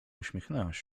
uśmiechnęłaś